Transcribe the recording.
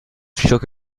shook